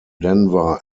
denver